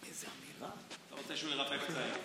אתה רוצה שהוא ירפא פצעים.